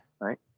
Right